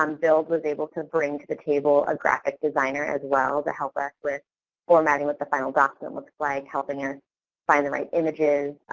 um build was able to bring to the table a graphic designer as well to help us with formatting what the final document looks like, helping us find the right images,